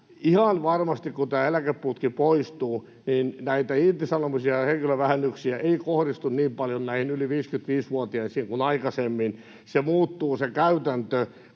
ihan varmasti kun tämä eläkeputki poistuu, näitä irtisanomisia ja henkilövähennyksiä ei kohdistu niin paljon näihin yli 55-vuotiaisiin kuin aikaisemmin. Se käytäntö